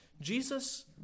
Jesus